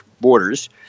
borders